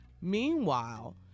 Meanwhile